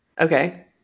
Okay